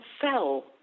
sell